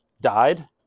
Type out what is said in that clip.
died